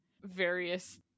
various